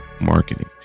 marketing